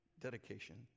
dedication